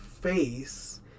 face